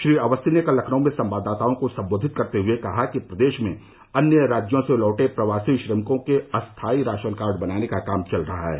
श्री अवस्थी ने कल लखनऊ में संवाददाताओं को सम्बोधित करते हुए कहा कि प्रदेश में अन्य राज्यों से लौटे प्रवासी श्रमिकों के अस्थायी राशन कार्ड बनाने का काम चल रहा है